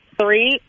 three